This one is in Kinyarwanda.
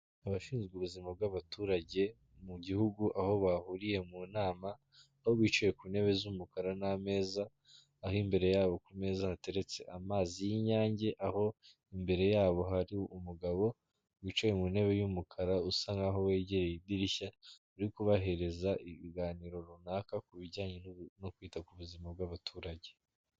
Abashinzwe ubuzima bw'abaturage mu gihugu aho bahuriye mu nama, aho bicaye ku ntebe z'umukara n'ameza, aho imbere yabo ku meza hateretse amazi y'inyange, aho imbere yabo hari umugabo wicaye mu ntebe y'umukara usa nkaho wegereye idirishya, uri kubahereza ibiganiro runaka ku bijyanye no kwita ku buzima bw'abaturage.